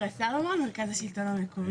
ממרכז השלטון המקומי.